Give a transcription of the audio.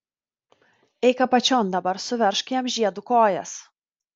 eik apačion dabar suveržk jam žiedu kojas